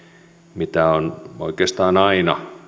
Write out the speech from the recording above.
mitä on oikeastaan aina